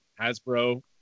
Hasbro